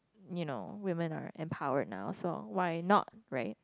you know women are empower now so why not right